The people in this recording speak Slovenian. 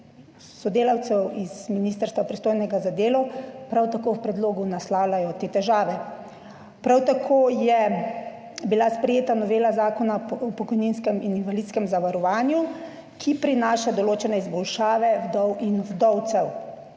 sodelavcev z ministrstva, pristojnega za delo, prav tako v predlogu naslavljajo, te težave. Prav tako je bila sprejeta novela Zakona o pokojninskem in invalidskem zavarovanju, ki prinaša določene izboljšave za vdove in vdovce.